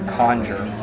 conjure